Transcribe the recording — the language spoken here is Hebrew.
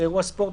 באירוע ספורט,